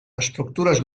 estructures